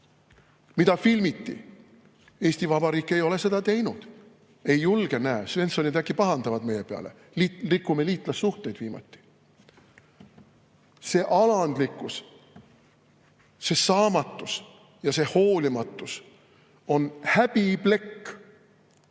mida filmiti. Eesti Vabariik ei ole seda teinud. Ei julge. Näe, Svenssonid äkki pahandavad meie peale. Rikume liitlassuhteid viimati. See alandlikkus, see saamatus ja see hoolimatus on häbiplekk.